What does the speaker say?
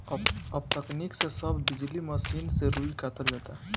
अब तकनीक से सब बिजली मसीन से रुई कातल जाता